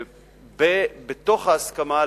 ובתוך ההסכמה,